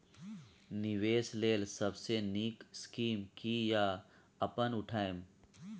निवेश लेल सबसे नींक स्कीम की या अपन उठैम?